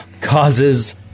causes